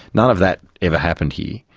none of that ever happened here,